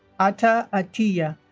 atta atiya